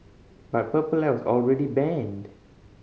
but Purple Light was already banned